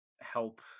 help